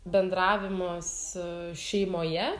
bendravimo su šeimoje